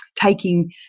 taking